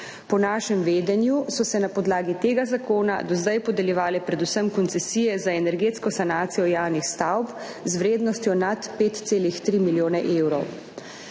Po našem vedenju so se na podlagi tega zakona do zdaj podeljevale predvsem koncesije za energetsko sanacijo javnih stavb z vrednostjo nad 5,3 milijona evrov.